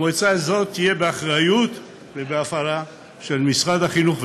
המועצה הזאת תהיה באחריות ובהפעלת משרד החינוך,